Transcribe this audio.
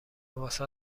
واست